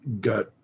got